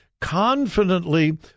Confidently